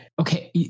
okay